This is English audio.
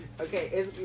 okay